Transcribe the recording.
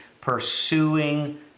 pursuing